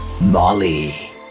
Molly